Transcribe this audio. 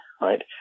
right